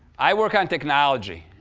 i work on technology.